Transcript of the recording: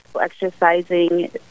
exercising